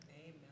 Amen